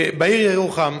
בעיר ירוחם.